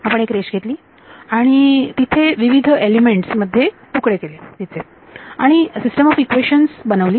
आपण एक रेष घेतली आणि तिथे विविध एलिमेंट्स मध्ये तुकडे केले आणि सिस्टम ऑफ इक्वेशन्स बनवली